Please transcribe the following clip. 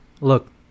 look